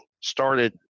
started